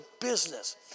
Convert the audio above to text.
business